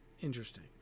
Interesting